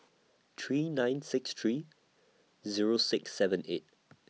three nine six three Zero six seven eight